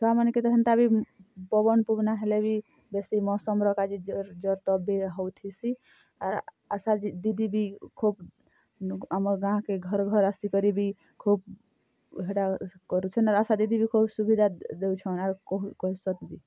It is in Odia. ଛୁଆ ମାନ୍କେ ତ ହେନ୍ତା ବି ପବନ୍ ପବ୍ନା ହେଲେ ବି ବେଶୀ ମୌସମ୍ର କା'ଯେ ଜର୍ ଜର୍ ତପ୍ ବି ହେଉଥିସି ଆଶା ଦିଦି ବି ଖୁବ୍ ଆମର୍ ଗାଁ'କେ ଘର୍ ଘର୍ ଆସିକିରି ବି ଖୁବ୍ ହେଟା କରୁଛନ୍ ଆର୍ ଆଶା ଦିଦି ବି ଖୁବ୍ ସୁବିଧା ଦେଉଛନ୍ ଆର୍ କହେସନ୍ ବି